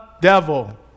devil